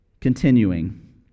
Continuing